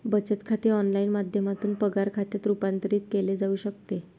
बचत खाते ऑनलाइन माध्यमातून पगार खात्यात रूपांतरित केले जाऊ शकते